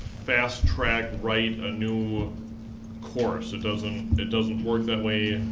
fast-track, write a new course. it doesn't it doesn't work that way.